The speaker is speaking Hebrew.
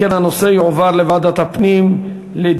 אם כן, הנושא יועבר לוועדת הפנים לדיון.